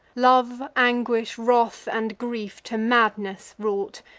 love, anguish, wrath, and grief, to madness wrought,